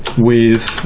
with